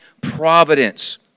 providence